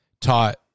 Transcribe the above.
taught